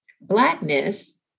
Blackness